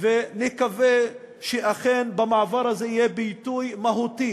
ונקווה שאכן במעבר הזה יהיה ביטוי מהותי